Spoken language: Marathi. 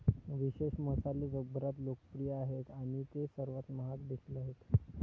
विशेष मसाले जगभरात लोकप्रिय आहेत आणि ते सर्वात महाग देखील आहेत